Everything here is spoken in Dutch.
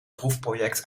proefproject